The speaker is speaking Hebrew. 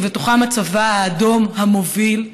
ובתוכם הצבא האדום המוביל,